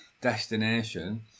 destination